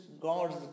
God's